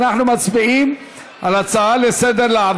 אנחנו מצביעים על הצעה לסדר-היום,